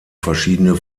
verschiedene